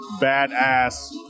badass